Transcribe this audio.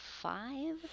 five